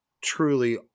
truly